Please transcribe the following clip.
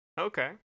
Okay